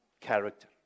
character